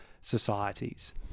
societies